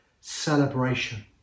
celebration